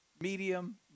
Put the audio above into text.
medium